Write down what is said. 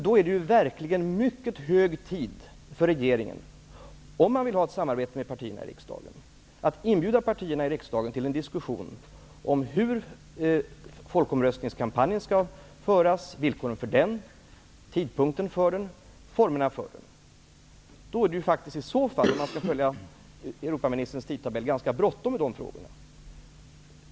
Då är det verkligen mycket hög tid för regeringen -- om man vill ha ett samarbete med partierna i riksdagen -- att inbjuda partierna i riksdagen till en diskussion om hur folkomröstningskampanjen skall föras; villkoren för den, tidpunkten för den och formerna för den. Skall man följa Europaministerns tidtabell är det ganska bråttom med de frågorna.